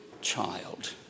child